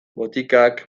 botikak